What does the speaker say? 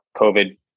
COVID